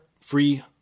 free